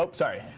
um sorry.